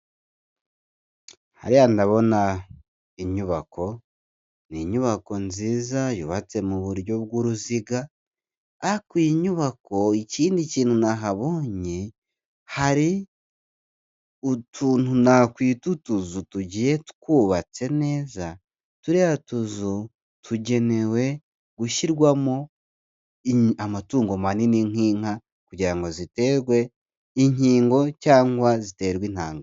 Hariya ndabona inyubako, n'inyubako nziza yubatse mu buryo bw'uruziga, ariko iyi nyubako ikindi kintu nahabonye hari utuntu nakwita utuzu tugiye twubatse neza, turiya tuzu tugenewe gushyirwamo amatungo manini nk'inka kugira ngo ziterwe inkingo cyangwa ziterwe intanga.